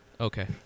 Okay